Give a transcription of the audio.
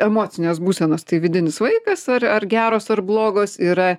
emocinės būsenos tai vidinis vaikas ar ar geros ar blogos yra